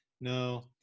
No